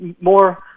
more